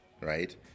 right